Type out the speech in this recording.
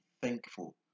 thankful